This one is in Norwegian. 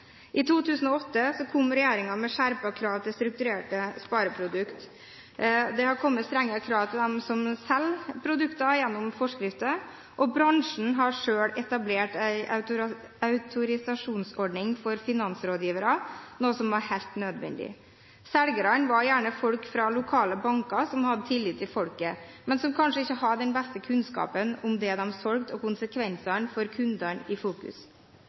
I 2008 kom regjeringen med skjerpede krav til strukturerte spareprodukter. Det har kommet strengere krav til dem som selger produktene, gjennom forskrifter, og bransjen har selv etablert en autorisasjonsordning for finansrådgivere, noe som var helt nødvendig. Selgerne var gjerne folk fra lokale banker som hadde tillit i folket, men som kanskje ikke hadde den beste kunnskapen om det de solgte, og konsekvensene for kundene i fokus.